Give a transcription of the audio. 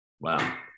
wow